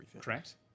correct